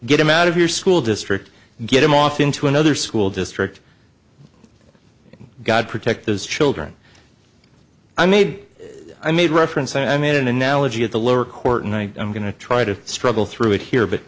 get him out of your school district get him off into another school district god protect those children i made i made reference i made an analogy at the lower court and i am going to try to struggle through it here but